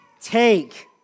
take